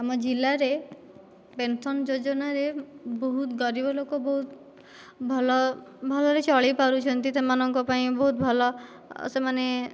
ଆମ ଜିଲ୍ଲାରେ ପେନ୍ସନ୍ ଯୋଜନାରେ ବହୁତ ଗରିବ ଲୋକ ବହୁତ ଭଲ ଭଲରେ ଚଳିପାରୁଛନ୍ତି ସେମାନଙ୍କ ପାଇଁ ବହୁତ ଭଲ ସେମାନେ